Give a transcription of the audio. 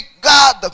God